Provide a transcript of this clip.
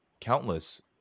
countless